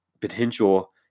potential